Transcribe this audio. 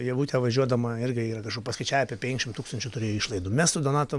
ievutė važiuodama irgi yra paskaičiavę apie penkšim tūkstančių turėjo išlaidų mes su donatu